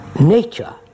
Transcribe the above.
Nature